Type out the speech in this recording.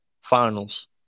finals